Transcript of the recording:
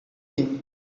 him